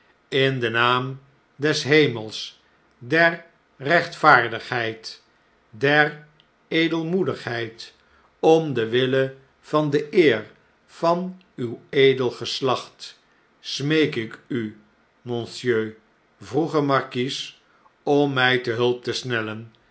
in den naam des hemels der rechtvaardigheid der edelmoedigheid om den wille van de eer van uw edel geslacht smeek ik u monsieur vroeger markies om mij ter hulp te snellen